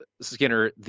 Skinner